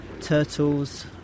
turtles